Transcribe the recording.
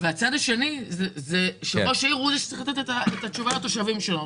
והצד השני הוא שראש העירייה הוא שצריך לתת תשובה לתושבים שלו.